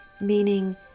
meaning